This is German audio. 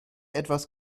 etwas